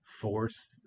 Force